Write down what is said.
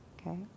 okay